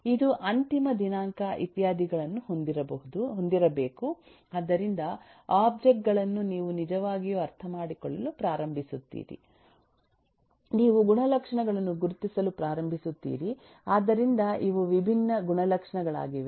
ಇದು ಅಂತಿಮ ದಿನಾಂಕ ಇತ್ಯಾದಿಗಳನ್ನು ಹೊಂದಿರಬೇಕು ಆದ್ದರಿಂದ ಒಬ್ಜೆಕ್ಟ್ ಗಳನ್ನು ನೀವು ನಿಜವಾಗಿಯೂ ಅರ್ಥಮಾಡಿಕೊಳ್ಳಲು ಪ್ರಾರಂಭಿಸುತ್ತೀರಿ ನೀವು ಗುಣಲಕ್ಷಣಗಳನ್ನು ಗುರುತಿಸಲು ಪ್ರಾರಂಭಿಸುತ್ತೀರಿ ಆದ್ದರಿಂದ ಇವು ವಿಭಿನ್ನ ಗುಣಲಕ್ಷಣಗಳಾಗಿವೆ